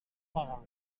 pagar